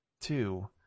two